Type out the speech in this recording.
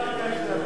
אני גם מכיר את